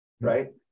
Right